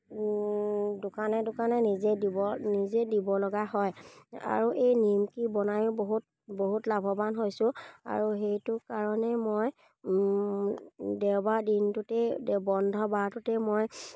দোকানে দোকানে নিজে দিব নিজে দিব লগা হয় আৰু এই নিমকি বনায়ো বহুত বহুত লাভৱান হৈছোঁ আৰু সেইটো কাৰণেই মই দেওবাৰ দিনটোতেই বন্ধ বাৰটোতে মই